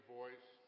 voice